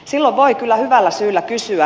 silloin voi kyllä hyvällä syyllä kysyä